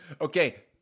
Okay